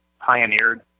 pioneered